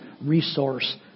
resource